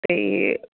ਅਤੇ